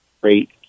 great